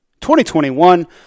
2021